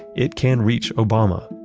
it can reach obama.